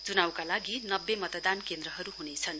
चुनाउका लागि नब्बे मतदान केन्द्रहरू हुनेछन्